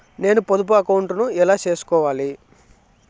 నేను పొదుపు అకౌంటు ను ఎలా సేసుకోవాలి?